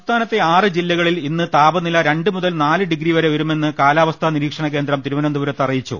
സംസ്ഥാനത്തെ ആറ് ജില്ലകളിൽ ഇന്ന് താപനില രണ്ട് മുതൽ നാല് ഡിഗ്രി വരെ ഉയരുമെന്ന് കാലാവസ്ഥാ നിരീക്ഷണ കേന്ദ്രം തിരുവനന്തപുരത്ത് അറിയിച്ചു